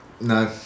No